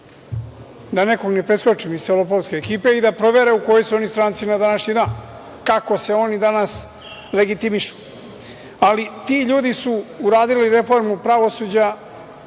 da nekog ne preskočim iz te lopovske ekipe, i da provere u kojoj su oni stranci na današnji dan, kako se oni danas legitimišu. Ali ti ljudi su uradili reformu pravosuđa